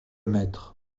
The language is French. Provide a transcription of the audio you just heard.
maître